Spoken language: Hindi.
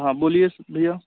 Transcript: हाँ बोलिए स भैया